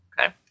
Okay